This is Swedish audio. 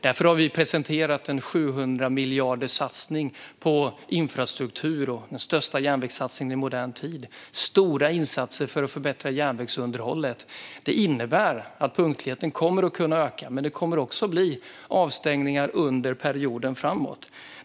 Därför har vi presenterat en 700-miljarderssatsning på infrastruktur, den största järnvägssatsningen i modern tid, med stora insatser för att förbättra järnvägsunderhållet. Det innebär att punktligheten kommer att kunna öka. Men det kommer också att bli avstängningar under en period framåt.